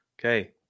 Okay